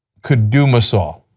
could doom us all.